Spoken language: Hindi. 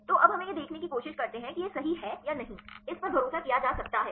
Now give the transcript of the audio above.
तो अब हम यह देखने की कोशिश करते हैं कि यह सही है या नहीं इस पर भरोसा किया जा सकता है